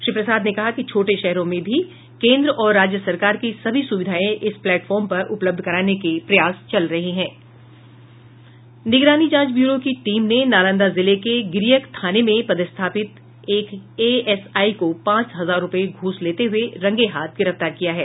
श्री प्रसाद ने कहा कि छोटे शहरों में भी केन्द्र और राज्य सरकार की सभी सुविधाएं इस प्लेटफॉर्म पर उपलब्ध कराने के प्रयास चल रहे हैं निगरानी जांच ब्यूरो की टीम ने नालंदा जिले के गिरियक थाना में पदस्थापित एक एएसआई को पांच हजार रुपये घूस लेते हुए रंगेहाथ गिरफ्तार किया है